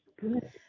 Good